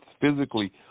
physically